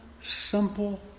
simple